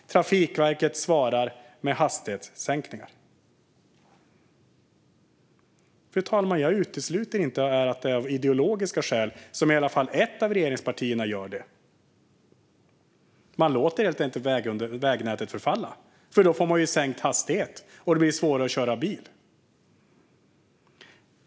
Trafikverket svarar med hastighetssänkningar. Fru talman! Jag utesluter inte att det är av ideologiska skäl som i alla fall ett av regeringspartierna gör detta. Man låter helt enkelt vägnätet förfalla, för då får man sänkt hastighet och det blir svårare att köra bil.